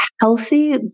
healthy